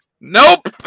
nope